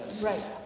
Right